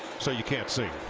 so you can see.